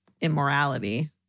immorality